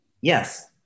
yes